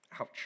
Ouch